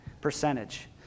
percentage